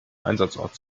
einsatzort